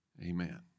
Amen